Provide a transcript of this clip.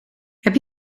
heb